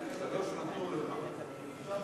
שלוש דקות.